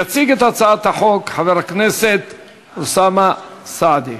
יציג את הצעת החוק חבר הכנסת אוסאמה סעדי.